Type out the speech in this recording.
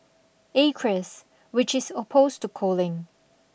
Acres which is opposed to culling